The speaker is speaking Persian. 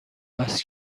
است